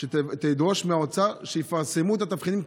היא שתדרוש מהאוצר שיפרסמו את התבחינים,